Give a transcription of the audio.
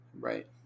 Right